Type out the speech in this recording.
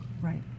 Right